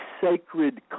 sacred